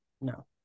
No